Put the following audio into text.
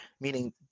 meaning